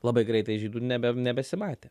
labai greitai žydų nebe nebesimatė